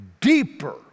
deeper